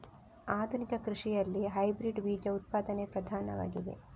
ಆಧುನಿಕ ಕೃಷಿಯಲ್ಲಿ ಹೈಬ್ರಿಡ್ ಬೀಜ ಉತ್ಪಾದನೆ ಪ್ರಧಾನವಾಗಿದೆ